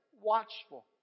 watchful